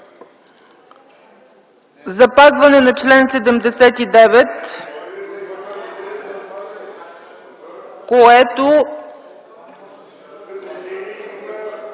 запазване на чл. 79, което...